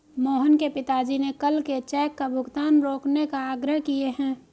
मोहन के पिताजी ने कल के चेक का भुगतान रोकने का आग्रह किए हैं